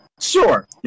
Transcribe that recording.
Sure